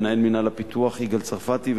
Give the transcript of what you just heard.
מנהל מינהל הפיתוח יגאל צרפתי,